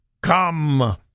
come